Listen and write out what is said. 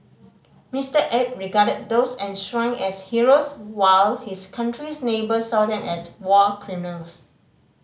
Mister Abe regarded those enshrined as heroes while his country's neighbours saw them as war criminals